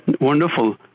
wonderful